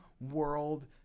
world